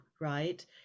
Right